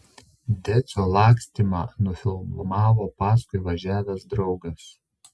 decio lakstymą nufilmavo paskui važiavęs draugas